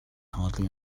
hardly